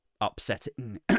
upsetting